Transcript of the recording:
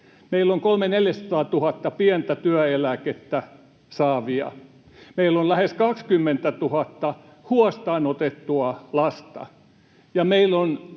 meillä on 300 000—400 000 pientä työeläkettä saavaa, meillä on lähes 20 000 huostaanotettua lasta,